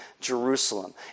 Jerusalem